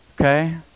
okay